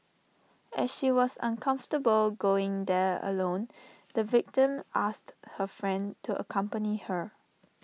as she was uncomfortable going there alone the victim asked her friend to accompany her